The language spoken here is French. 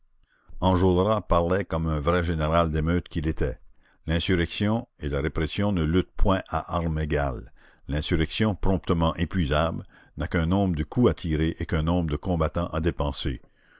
enjolras parlait comme un vrai général d'émeute qu'il était l'insurrection et la répression ne luttent point à armes égales l'insurrection promptement épuisable n'a qu'un nombre de coups à tirer et qu'un nombre de combattants à dépenser